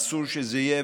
אסור שזה יהיה,